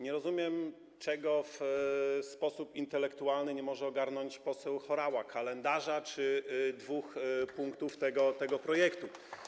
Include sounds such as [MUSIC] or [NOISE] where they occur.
Nie rozumiem, czego w sposób intelektualny nie może ogarnąć poseł Horała, kalendarza czy dwóch punktów [APPLAUSE] tego projektu.